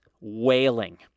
wailing